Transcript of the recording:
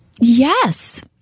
yes